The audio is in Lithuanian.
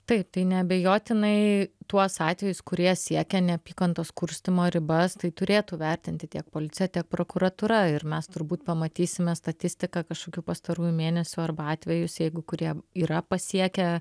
taip tai neabejotinai tuos atvejus kurie siekia neapykantos kurstymo ribas tai turėtų vertinti tiek policija tiek prokuratūra ir mes turbūt pamatysime statistiką kažkokių pastarųjų mėnesių arba atvejus jeigu kurie yra pasiekę